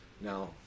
Now